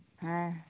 ᱦᱮᱸ